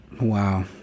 Wow